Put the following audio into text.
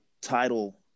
title